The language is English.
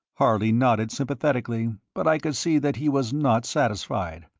harley nodded sympathetically, but i could see that he was not satisfied.